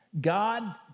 God